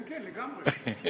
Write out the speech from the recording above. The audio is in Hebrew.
כן, לגמרי.